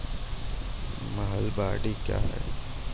महलबाडी क्या हैं?